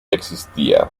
existía